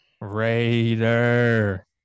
Raider